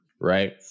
right